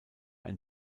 ein